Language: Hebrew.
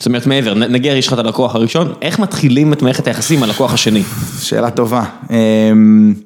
זאת אומרת מעבר, נגיד יש לך את הלקוח הראשון, איך מתחילים את מערכת היחסים עם הלקוח השני? שאלה טובה.